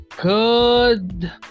good